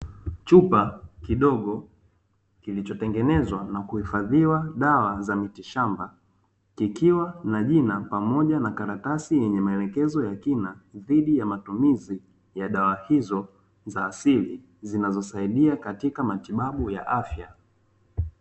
Kichupa kidogo kilichotengenezwa na kuhifadhiwa dawa za miti shamba ikiwa na jina pamoja na karatasi yenye maelekezo ya kina dhidi ya matumizi ya dawa hizo za asili zinazosaidia katika matibabu ya afya.